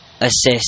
assist